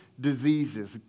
diseases